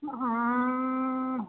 आऽऽहँ